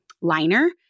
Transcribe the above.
liner